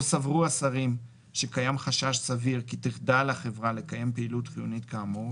או סברו השרים שקיים חשש סביר כי תחדל החברה לקיים פעילות חיונית כאמור,